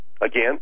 Again